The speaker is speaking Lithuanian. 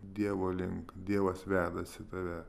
dievo link dievas vedasi tave